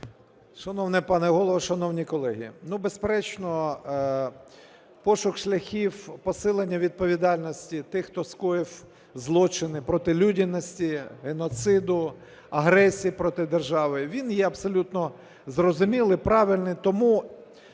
Шановний пане Голово, шановні колеги! Безперечно, пошук шляхів посилення відповідальності тих, хто скоїв злочини проти людяності, геноциду, агресії проти держави, він є абсолютно зрозумілий, правильний. Тому